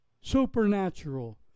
supernatural